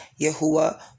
Yahuwah